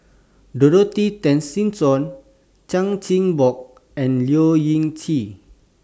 Dorothy Tessensohn Chan Chin Bock and Leu Yew Chye